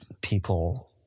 people